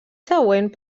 següent